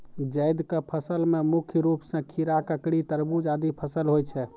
जैद क फसल मे मुख्य रूप सें खीरा, ककड़ी, तरबूज आदि फसल होय छै